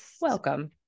welcome